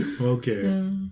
okay